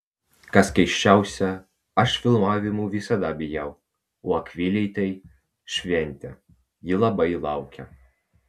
kas keisčiausia aš filmavimų visada bijau o akvilei tai šventė ji labai laukia